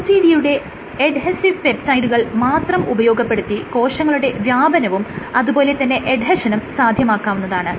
RGD യുടെ adhesive പെപ്റ്റൈഡുകൾ മാത്രം ഉപയോഗപ്പെടുത്തി കോശങ്ങളുടെ വ്യാപനവും അതുപോലെ തന്നെ എഡ്ഹെഷനും സാധ്യമാക്കാവുന്നതാണ്